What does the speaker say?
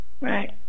Right